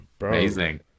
amazing